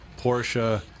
Porsche